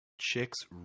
chicks